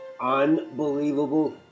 unbelievable